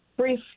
brief